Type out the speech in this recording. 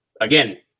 again